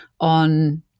on